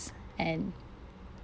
and